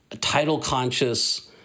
title-conscious